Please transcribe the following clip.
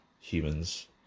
humans